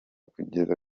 kugeza